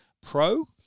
Pro